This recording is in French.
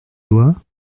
doigts